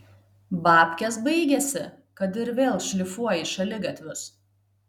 babkės baigėsi kad ir vėl šlifuoji šaligatvius